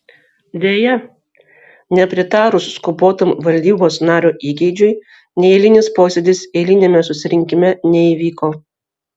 deja nepritarus skubotam valdybos nario įgeidžiui neeilinis posėdis eiliniame susirinkime neįvyko